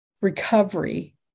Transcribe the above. recovery